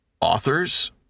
authors